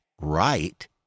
right